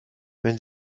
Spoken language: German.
wenn